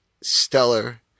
stellar